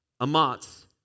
amatz